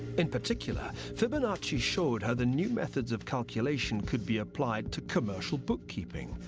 and particular, fibonacci showed how the new methods of calculation could be applied to commercial bookkeeping,